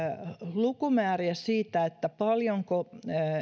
lukumääriä siitä paljonko